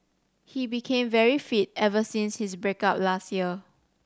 he became very fit ever since his break up last year